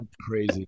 Crazy